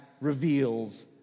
reveals